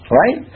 right